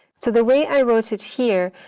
so the way i wrote it here,